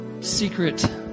secret